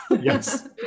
Yes